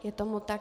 Je tomu tak.